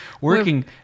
working